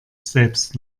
selbst